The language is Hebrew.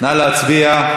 נא להצביע.